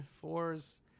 fours